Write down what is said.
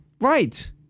Right